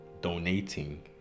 donating